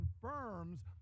confirms